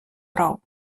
прав